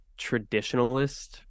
traditionalist